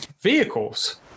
vehicles